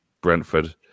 Brentford